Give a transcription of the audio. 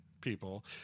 people